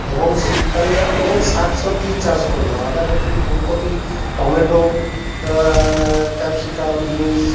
এবং শীতকালে অনেক শাকসবজির চাষ করবো বাঁধাকপি ফুলকপি টমেটো ক্যাপসিকাম বিনস